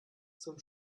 zum